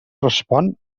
respon